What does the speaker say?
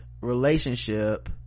relationship